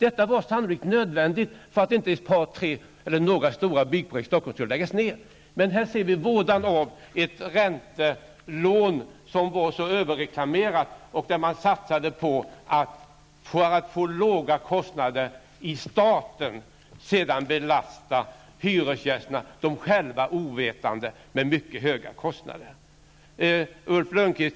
Detta var sannolikt en nödvändig åtgärd för att några stora byggprojekt i Stockholm inte skulle behöva läggas ned. Här ser vi vådan av ett räntelån som var mycket överreklamerat och där man för att få låga kostnader för staten i stället belastar hyresgästerna -- de själva ovetande -- med mycket höga kostnader.